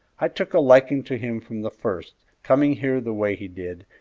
i took a liking to him from the first, coming here the way he did,